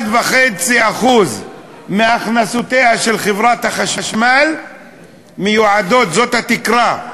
1.5% מהכנסותיה של חברת החשמל מיועדות, זאת התקרה,